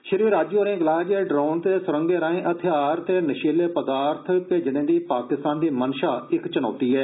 श्री राजू होरें गलाया जे ड्रोन ते सुरंगें राएं हथियार ते नशीलें पदार्थ भेजने दी पाकिस्तान दी मंशा इक चुनौती ऐ